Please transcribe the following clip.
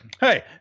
Hey